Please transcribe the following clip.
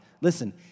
listen